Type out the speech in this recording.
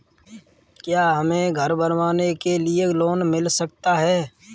क्या हमें घर बनवाने के लिए लोन मिल सकता है?